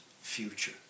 future